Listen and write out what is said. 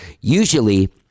usually